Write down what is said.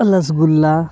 ᱨᱚᱥᱜᱩᱞᱞᱟ